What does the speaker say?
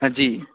हा जी